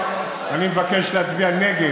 אני יודע שלא נעים לשמוע,